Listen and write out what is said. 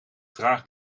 traag